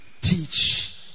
teach